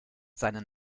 seine